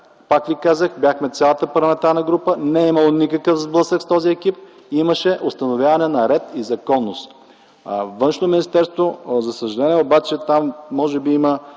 Пак Ви казах, бяхме цялата парламентарна група, не е имало никакъв сблъсък с този екип, имаше установяване на ред и законност. Във Външно министерство, за съжаление, може би има